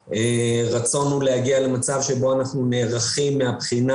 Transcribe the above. הרצון הוא להגיע למצב בו אנחנו נערכים מהבחינה